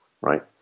right